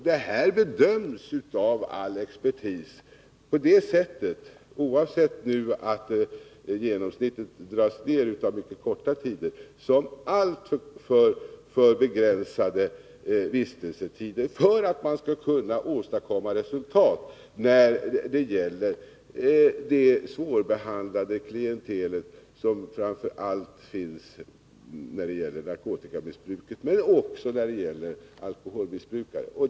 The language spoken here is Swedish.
Detta bedöms av all expertis — oavsett att genomsnittet dras ned av mycket korta tider — som alltför begränsade vistelsetider för att man skall kunna åstadkomma resultat när det 113 gäller det svårbehandlade klientelet, framför allt narkotikamissbrukare men också alkoholmissbrukare.